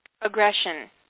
aggression